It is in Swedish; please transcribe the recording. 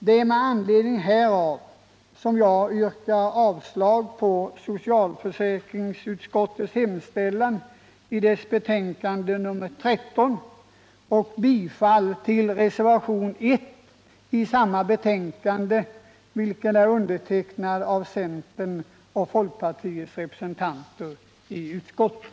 Det är med anledning härav som jag yrkar avslag på socialförsäkringsutskottets hemställan i dess betänkande nr 13 och bifall till reservationen 1 i samma betänkande, vilken är undertecknad av centerns och folkpartiets representanter i utskottet.